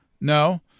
No